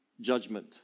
judgment